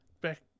back